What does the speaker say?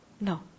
No